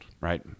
right